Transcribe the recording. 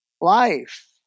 life